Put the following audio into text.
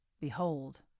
behold